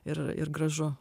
ir ir gražu